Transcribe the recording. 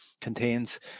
contains